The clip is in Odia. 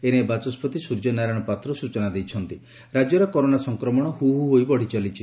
ଏନେଇ ବାଚ ରାକ୍ୟରେ କରୋନା ସଂକ୍ରମଣ ହୁ ହୁ ହୋଇ ବଢ଼ି ଚାଲିଛି